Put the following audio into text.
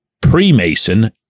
pre-Mason